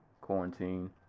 quarantine